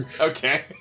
Okay